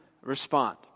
respond